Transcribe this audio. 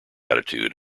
attitude